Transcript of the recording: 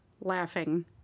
laughing